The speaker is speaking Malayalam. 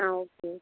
ആ ഓക്കെ ഓക്കെ